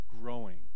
growing